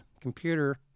computer